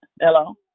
Hello